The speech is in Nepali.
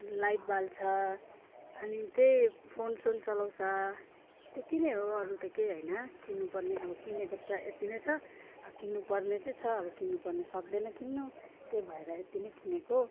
लाइट बाल्छ अनि त्यही फोनसोन चलाउँछ त्यति नै हो अरू त केही होइन किन्नुपर्ने अब किनेको त यति नै छ किन्नुपर्ने त छ अब किन्नुपर्ने सक्दैन किन्नु त्यही भएर यति नै किनेको